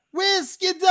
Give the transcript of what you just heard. Whiskey